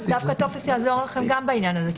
דווקא טופס יעזור לכם בעניין הזה.